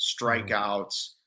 strikeouts